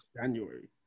January